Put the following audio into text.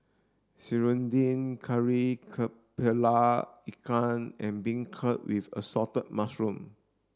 Serunding Kari Kepala Ikan and beancurd with assorted mushrooms